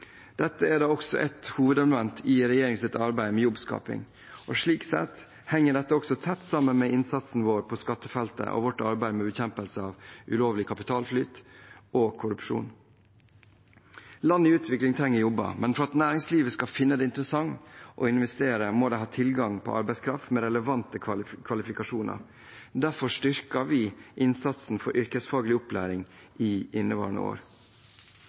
Dette er da også et hovedelement i regjeringens arbeid med jobbskaping. Slik sett henger dette også tett sammen med innsatsen vår på skattefeltet og vårt arbeid med bekjempelse av ulovlig kapitalflyt og korrupsjon. Land i utvikling trenger jobber, men for at næringslivet skal finne det interessant å investere, må de ha tilgang på arbeidskraft med relevante kvalifikasjoner. Derfor styrker vi innsatsen for yrkesfaglig opplæring i inneværende år.